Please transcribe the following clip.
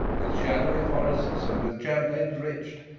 with shadowy forests and with champains rich'd,